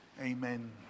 Amen